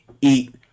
Eat